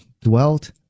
dwelt